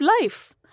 life